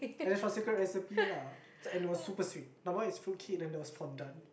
and it's from secret recipe lah and it was super sweet number one is fruit cake then there was fondant